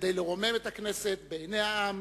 כדי לרומם את הכנסת בעיני העם